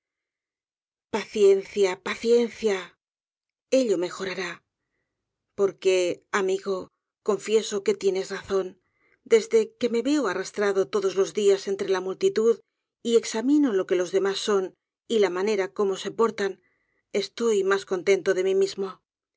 paciencia paciencia ello mejorará porque amigo confieso que tienes razón desde que me veo arrastrado todos ios dias entre la multitud y examino lo que los demás son y la manera como se portan estoy mas contento de mi mismo